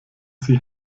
sie